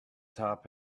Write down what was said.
top